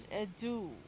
ado